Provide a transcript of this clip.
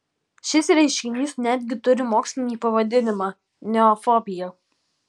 šis reiškinys netgi turi mokslinį pavadinimą neofobija